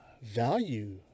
value